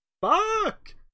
fuck